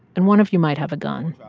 and one of you might have a gun.